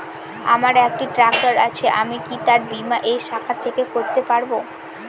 আমার একটি ট্র্যাক্টর আছে আমি কি তার বীমা এই শাখা থেকে করতে পারব?